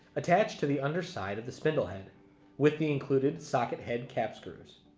attach to the underside of the spindle head with the included socket head cap screws.